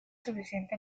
suficiente